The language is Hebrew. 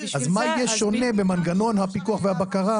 אז מה יהיה שונה במנגנון הפיקוח והבקרה?